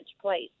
place